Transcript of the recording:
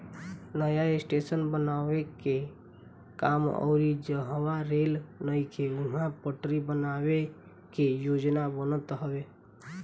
नया स्टेशन बनावे के काम अउरी जहवा रेल नइखे उहा पटरी बनावे के योजना बनत हवे